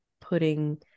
putting